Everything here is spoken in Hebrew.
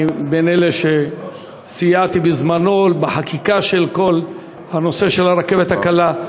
אני בין אלה שסייעתי בזמנו בחקיקה של כל הנושא של הרכבת הקלה,